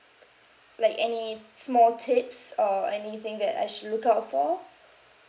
like any small tips or anything that I should look out for